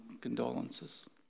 condolences